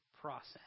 process